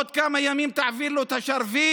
עוד כמה ימים תעביר לו את השרביט,